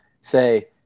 Say